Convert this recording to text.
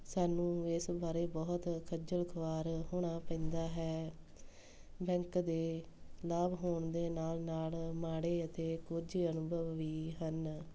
ਸਾਨੂੰ ਇਸ ਬਾਰੇ ਬਹੁਤ ਖੱਜਲ ਖਵਾਰ ਹੋਣਾ ਪੈਂਦਾ ਹੈ ਬੈਂਕ ਦੇ ਲਾਭ ਹੋਣ ਦੇ ਨਾਲ ਨਾਲ ਮਾੜੇ ਅਤੇ ਗੁੱਝੇ ਅਨੁਭਵ ਵੀ ਹਨ